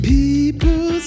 People